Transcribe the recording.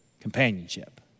companionship